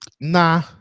Nah